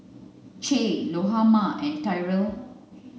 Che Lahoma and Tyrel